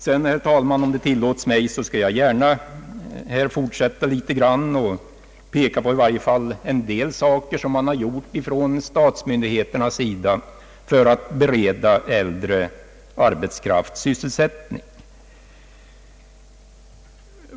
Sedan, herr talman, skall jag gärna peka på en del åtgärder som statsmyndigheterna har gjort för att bereda äldre arbetskraft sysselsättning.